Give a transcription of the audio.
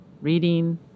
reading